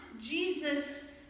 Jesus